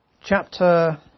chapter